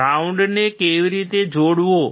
ગ્રાઉન્ડને કેવી રીતે જોડવો